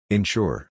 Ensure